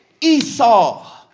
Esau